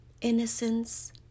innocence